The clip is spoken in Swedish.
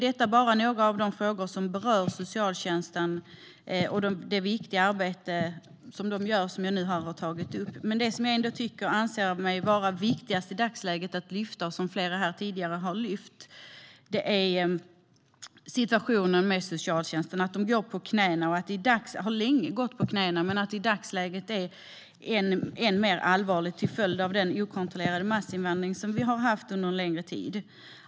Detta är bara några av de frågor som berör socialtjänstens viktiga arbete. Det som jag dock anser vara viktigast att lyfta fram, och som flera här tidigare har tagit upp, är socialtjänstens situation. Man har länge gått på knäna, men i dagsläget är det ännu mer allvarligt till följd av den okontrollerade massinvandring som vi har haft under en längre tid.